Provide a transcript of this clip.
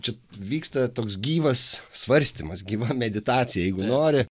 čia vyksta toks gyvas svarstymas gyva meditacija jeigu nori